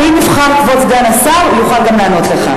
ואם יבחר כבוד סגן השר יוכל גם לענות לך.